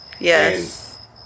Yes